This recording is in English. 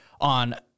on